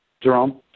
Jerome